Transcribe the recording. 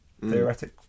theoretic